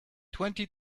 twenty